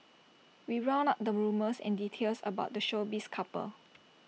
we round up the rumours and details about the showbiz couple